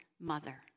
mother